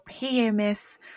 PMS